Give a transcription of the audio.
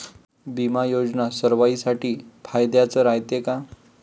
बिमा योजना सर्वाईसाठी फायद्याचं रायते का?